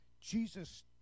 Jesus